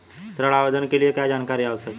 ऋण आवेदन के लिए क्या जानकारी आवश्यक है?